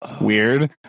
weird